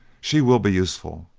she will be useful.